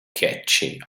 catchy